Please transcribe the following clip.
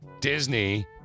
Disney